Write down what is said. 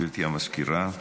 גברתי הסגנית,